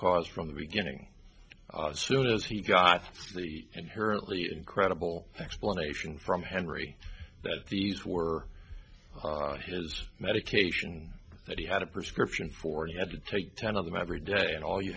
as soon as he got the inherently incredible explanation from henry that these were his medication that he had a prescription for he had to take ten of them every day and all you